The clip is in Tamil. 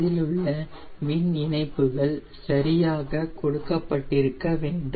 இதிலுள்ள மின் இணைப்புகள் சரியாக கொடுக்கப்பட்டிருக்க வேண்டும்